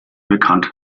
bekannt